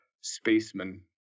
spacemen